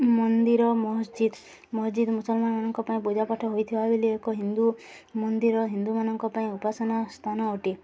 ମନ୍ଦିର ମସଜିଦ ମସଜିଦ ମୁସଲମାନମାନଙ୍କ ପାଇଁ ପୂଜା ପାଠ ହୋଇଥିବା ବେଲି ଏକ ହିନ୍ଦୁ ମନ୍ଦିର ହିନ୍ଦୁମାନଙ୍କ ପାଇଁ ଉପାସନ ସ୍ଥାନ ଅଟେ